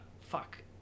fuck